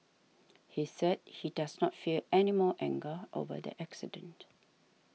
he said he does not feel any more anger over the accident